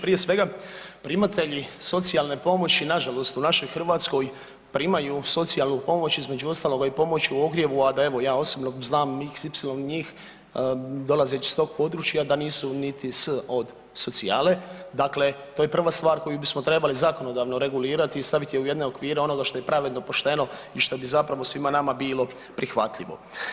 Prije svega primatelji socijalne pomoći nažalost u našoj Hrvatskoj primaju socijalnu pomoć između ostaloga i pomoć u ogrjevu, a da evo ja osobno znam xy njih dolazeći s tog područja da nisu niti S od socijale, dakle to je prva stvar koju bismo trebali zakonodavno regulirati i stavit je u jedne okvire onoga što je pravedno i pošteno i što bi zapravo svima nama bilo prihvatljivo.